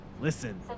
Listen